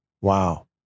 Wow